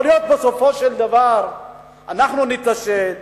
יכול להיות שבסופו של דבר אנחנו נתעשת.